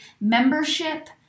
membership